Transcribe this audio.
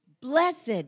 Blessed